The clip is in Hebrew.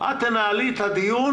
את תנהלי את הדיון.